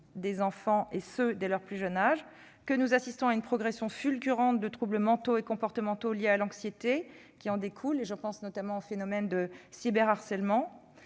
des enfants, et ce dès leur plus jeune âge, que nous assistons à une progression fulgurante de troubles mentaux et comportementaux liés à l'anxiété qui en découle- je pense au phénomène du cyberharcèlement